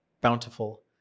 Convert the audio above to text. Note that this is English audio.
Bountiful